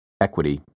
equity